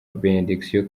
benediction